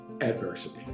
adversity